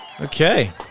Okay